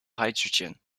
hydrogen